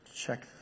Check